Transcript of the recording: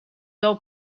doe